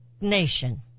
nation